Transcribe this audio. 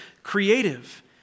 creative